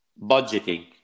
budgeting